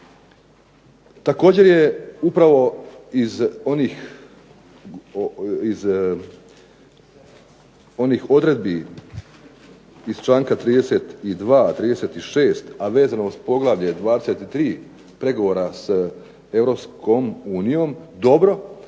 Također je upravo iz onih, iz onih odredbi iz članka 32., 36., a vezano uz poglavlje 23. pregovora s Europskom